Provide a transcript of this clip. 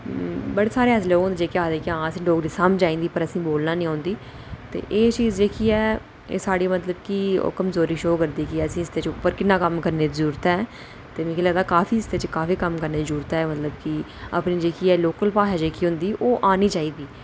बडे़ सारे ऐसे लोक होंदे जेह्ड़े आखदे असें गी डोगरी समझ आई जंदी पर बोलना नीं औंदी ते एह् चीज जेह्की ऐ ते साढी मतलव कमजोरी शो करदी ऐ कि असैं गी इसदै पर किन्ना कम्म करने दी जरूरत ऐ ते मिगी लगदा कि इसदे च काफी कम्म करने दी जरूरत ऐ अपनी जेह्की लोकल भाशा ऐ ओह् आना चाहिदी